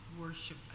worship